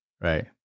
Right